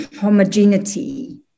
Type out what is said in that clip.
homogeneity